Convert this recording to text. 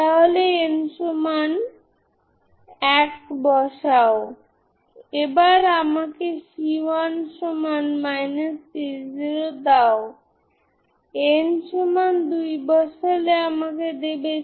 প্রতিটি μ পসিটিভ এবং a ≠ b এর জন্য এই পরিমাণটি ননজিরো তাই 2 হল ননজিরো তাই এটি কোন μ মানের জন্য 0 হবে না